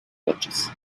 watches